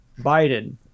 Biden